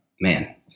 man